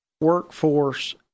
workforce